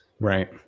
Right